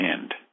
end